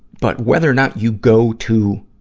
but whether or not you go to